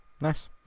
Nice